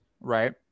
right